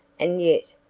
and yet,